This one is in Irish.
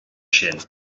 sin